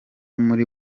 muri